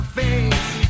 face